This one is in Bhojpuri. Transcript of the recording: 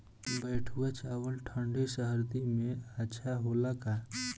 बैठुआ चावल ठंडी सह्याद्री में अच्छा होला का?